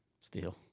Steel